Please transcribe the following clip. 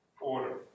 order